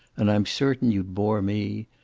and i'm certain you'd bore me.